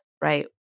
right